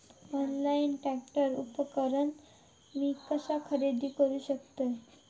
Online tractor उपकरण मी कसा खरेदी करू शकतय?